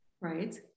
Right